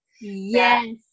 Yes